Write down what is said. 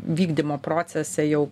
vykdymo procese jau